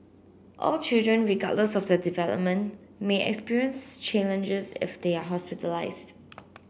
all children regardless of their development may experience challenges if they are hospitalised